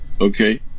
okay